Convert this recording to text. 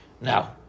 Now